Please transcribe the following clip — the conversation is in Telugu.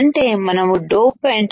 అంటే మనము డోపంటు